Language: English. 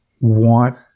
want